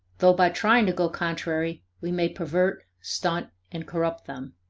though by trying to go contrary we may pervert, stunt, and corrupt them.